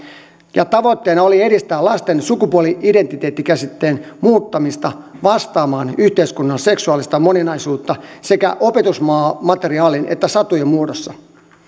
ja tavoitteena oli edistää lasten sukupuoli identiteetti käsitteen muuttamista vastaamaan yhteiskunnan seksuaalista moninaisuutta sekä opetusmateriaalin että satujen muodossa